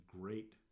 great